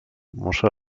muszę